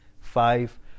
five